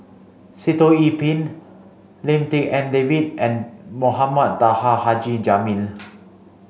Sitoh Yih Pin Lim Tik En David and Mohamed Taha Haji Jamil